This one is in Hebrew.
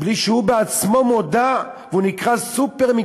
בלי שהוא בעצמו מודע, והוא נקרא סופר-מקצועי,